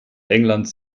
englands